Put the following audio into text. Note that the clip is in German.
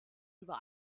über